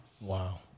Wow